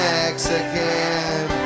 Mexican